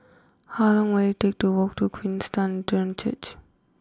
how long will it take to walk to Queenstown Church